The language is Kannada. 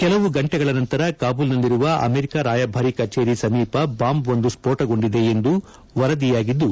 ಕೆಲವು ಗಂಟೆಗಳ ನಂತರ ಕಾಬೂಲ್ನಲ್ಲಿರುವ ಅಮೆರಿಕಾ ರಾಯಭಾರಿ ಕಚೇರಿ ಸಮೀಪ ಬಾಂಬ್ವೊಂದು ಸ್ಫೋಟಗೊಂಡಿದೆ ಎಂದು ವರದಿಯಾಗಿದ್ದು